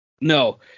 No